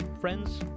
Friends